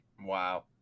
Wow